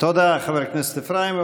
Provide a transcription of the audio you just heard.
תודה, חבר הכנסת איפראימוב.